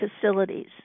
facilities